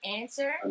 answer